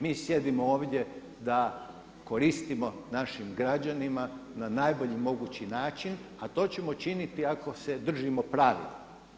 Mi sjedimo ovdje da koristimo našim građanima na najbolji mogući način, a to ćemo činiti ako se držimo pravila.